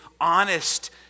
honest